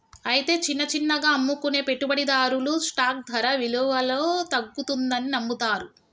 అయితే చిన్న చిన్నగా అమ్ముకునే పెట్టుబడిదారులు స్టాక్ ధర విలువలో తగ్గుతుందని నమ్ముతారు